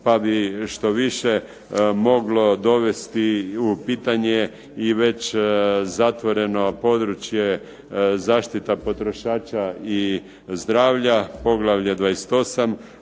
pa bi štoviše moglo dovesti u pitanje i već zatvoreno područje zaštita potrošača i zdravlja, poglavlja 28,